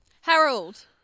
Harold